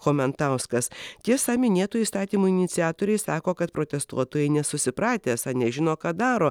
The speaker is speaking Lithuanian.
chomentauskas tiesa minėto įstatymo iniciatoriai sako kad protestuotojai nesusipratę esą nežino ką daro